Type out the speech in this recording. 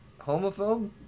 homophobe